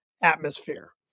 atmosphere